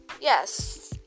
Yes